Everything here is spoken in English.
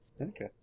Okay